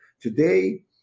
Today